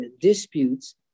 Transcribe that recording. disputes